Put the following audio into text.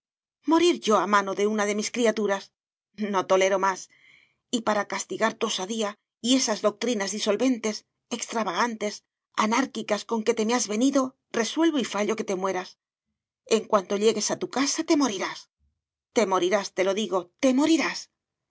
morir yo a manos de una de mis criaturas no tolero más y para castigar tu osadía y esas doctrinas disolventes extravagantes anárquicas con que te me has venido resuelvo y fallo que te mueras en cuanto llegues a tu casa te morirás te morirás te lo digo te morirás